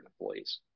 employees